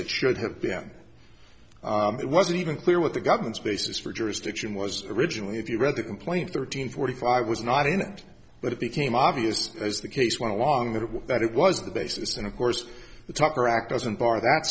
it should have been it wasn't even clear what the government's basis for jurisdiction was originally if you read the complaint thirteen forty five was not in and but it became obvious as the case went along that it was that it was the basis and of course the talker act doesn't bar that